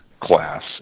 class